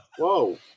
whoa